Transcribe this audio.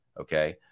Okay